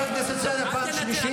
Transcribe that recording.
שאלתי אותו